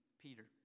Peter